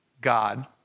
God